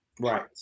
right